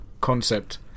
concept